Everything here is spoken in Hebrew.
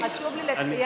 חשוב לי לציין,